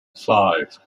five